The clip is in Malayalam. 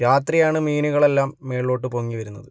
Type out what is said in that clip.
രാത്രിയാണ് മീനുകളെല്ലാം മുകളിലോട്ട് പൊങ്ങി വരുന്നത്